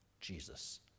Jesus